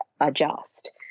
adjust